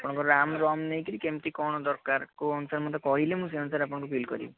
ଆପଣଙ୍କର RAM ROM ନେଇକରି କେମତି କ'ଣ ଦରକାର କେଉଁ ଅନୁସାରେ ମୋତେ କହିଲେ ମୁଁ ସେଇ ଅନୁସାରେ ଆପଣଙ୍କୁ ବିଲ୍ କରିବି